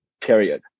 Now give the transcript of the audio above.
period